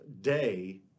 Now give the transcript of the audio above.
day